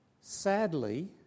Sadly